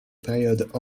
période